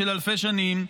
של אלפי שנים,